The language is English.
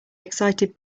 excited